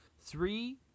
Three